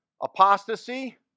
apostasy